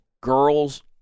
girls